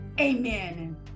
amen